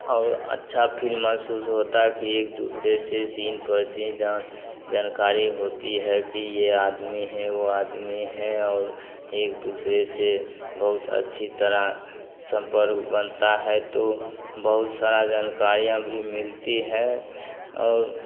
और अच्छा फील महसूस होता है कि एक दूसरे से चीन परचीन जान जानकारी होती है कि यह आदमी हैं वो आदमी हैं और एक दूसरे से बहुत अच्छी तरह संपर्क बनता है तो बहुत सारी जानकारियाँ भी मिलती हैं और